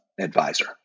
advisor